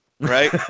right